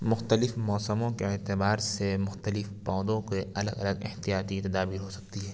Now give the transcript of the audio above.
مختلف موسموں کے اعتبار سے مختلف پودوں کے الگ الگ احتیاطی تدابیر ہو سکتی ہے